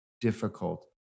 difficult